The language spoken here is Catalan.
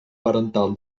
parental